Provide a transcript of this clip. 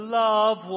love